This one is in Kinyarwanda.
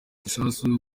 gisasu